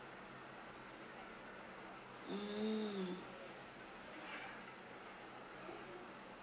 mm